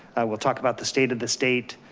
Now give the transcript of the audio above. will talk about the state of the state.